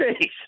face